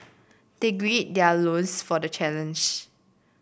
they gird their loins for the challenge